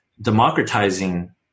Democratizing